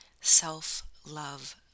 self-love